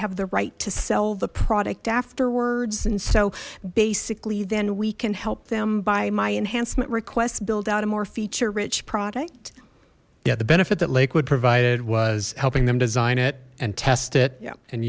have the right to sell the product afterwards and so basically then we can help them buy my enhancement request build out a more feature rich product yeah the benefit that lakewood provided was helping them design it and test it yep and